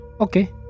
Okay